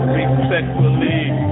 Respectfully